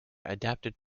adapted